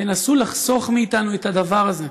תנסו לחסוך מאיתנו את הדבר הזה.